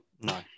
No